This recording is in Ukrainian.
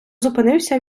зупинився